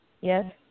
Yes